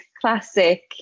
classic